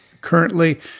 Currently